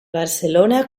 barcelona